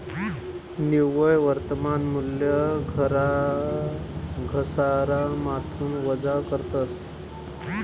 निव्वय वर्तमान मूल्य घसारामाथून वजा करतस